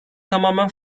tamamen